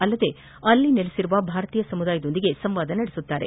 ಅಲ್ಲದೆ ಅಲ್ಲಿ ನೆಲೆಸಿರುವ ಭಾರತೀಯ ಸಮುದಾಯದೊಂದಿಗೂ ಸಂವಾದ ನಡೆಸಲಿದ್ದಾರೆ